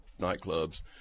nightclubs